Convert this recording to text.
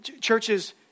churches